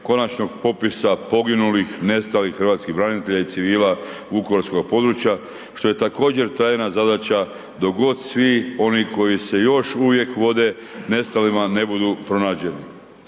konačnog popisa poginulih, nestalih hrvatskih branitelja i civila vukovarskoga područja, što je također trajna zadaća dok god svi oni koji se još uvijek vode nestalima ne budu pronađeni.